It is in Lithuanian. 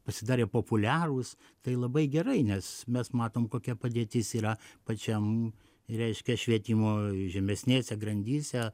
pasidarė populiarūs tai labai gerai nes mes matom kokia padėtis yra pačiam reiškia švietimo žemesnėse grandyse